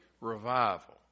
revival